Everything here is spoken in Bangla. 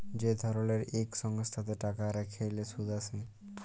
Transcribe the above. যে ধরলের ইক সংস্থাতে টাকা রাইখলে সুদ আসে